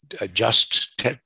adjust